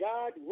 God